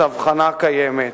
את ההבחנה הקיימת.